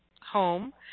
home